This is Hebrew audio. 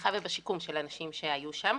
בתמיכה ובשיקום של אנשים שהיו שם.